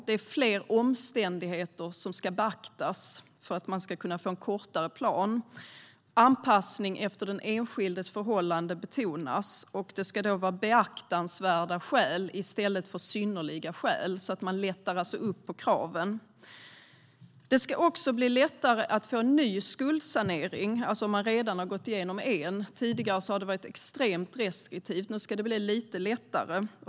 Det är fler omständigheter som ska beaktas för att man ska kunna få en kortare plan. Anpassning efter den enskildes förhållanden betonas. Det ska vara beaktansvärda skäl i stället för synnerliga skäl. Man lättar alltså på kraven. Det ska också bli lättare att få en ny skuldsanering för den som redan har gått igenom en. Tidigare har det varit extremt restriktivt. Nu ska det bli lite lättare.